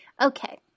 Okay